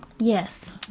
Yes